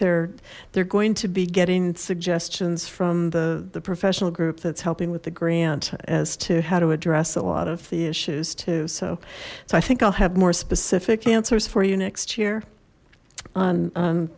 they're they're going to be getting suggestions from the the professional group that's helping with the grant as to how to address a lot of the issues too so so i think i'll have more specific answers for you next year on